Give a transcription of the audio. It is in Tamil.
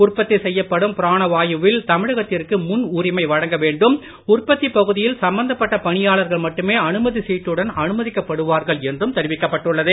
உற்பத்தி செய்யப்படும் பிராணவாயுவில் தமிழகத்திற்கு முன் உரிமை வழங்க வேண்டும் உற்பத்தி பகுதியில் சம்பந்தப்பட்ட பணியாளர்கள் மட்டுமே அனுமதி சீட்டுடன் அனுமதிக்கப்படுவார்கள் என்றும் தெரிவிக்கப்பட்டுள்ளது